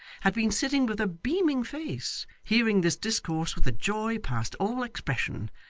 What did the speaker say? had been sitting with a beaming face, hearing this discourse with a joy past all expression.